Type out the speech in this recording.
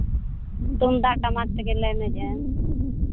ᱛᱩᱢᱫᱟᱜ ᱴᱟᱢᱟᱠ ᱛᱮᱜᱮᱞᱮ ᱮᱱᱮᱡᱼᱟ